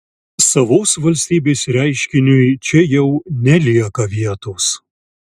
savos valstybės reiškiniui čia jau nelieka vietos